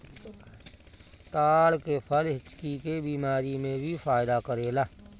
ताड़ के फल हिचकी के बेमारी में भी फायदा करेला